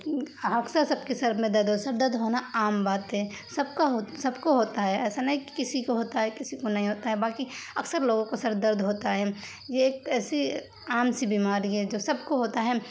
اکثر سب کے سر میں درد ہو سر درد ہونا عام بات ہے سب کا سب کو ہوتا ہے ایسا نہیں کہ کسی کو ہوتا ہے کسی کو نہیں ہوتا ہے باقی اکثر لوگوں کو سر درد ہوتا ہے یہ ایک ایسی عام سی بیماری ہے جو سب کو ہوتا ہے